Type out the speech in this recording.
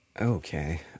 Okay